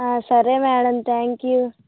ఆ సరే madam thank you